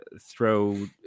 throw